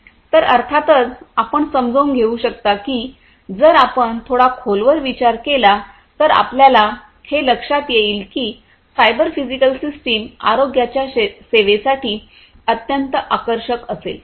तर अर्थातच आपण समजून घेऊ शकता की जर आपण थोडा खोलवर विचार केला तर आपल्याला हे लक्षात येईल की सायबर फिजिकल सिस्टम आरोग्याच्या सेवेसाठी अत्यंत आकर्षक असेल